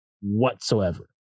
whatsoever